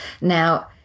now